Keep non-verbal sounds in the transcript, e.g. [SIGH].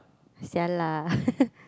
[sial] lah [LAUGHS]